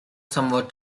somewhat